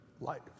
life